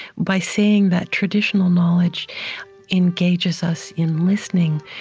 by seeing that traditional knowledge engages us in listening.